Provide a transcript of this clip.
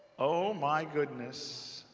oh, my goodness.